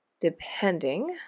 depending